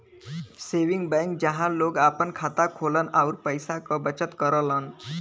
saving bank जहां लोग आपन खाता खोलन आउर पैसा क बचत करलन